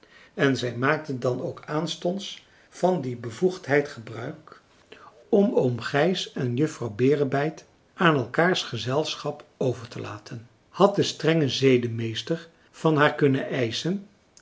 en zij maakte dan ook aanstonds van die bevoegdheid gebruik om oom gijs en juffrouw berebijt aan elkaars gezelschap over te laten had de strengste zedenmeester van haar kunnen eischen